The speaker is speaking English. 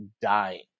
dying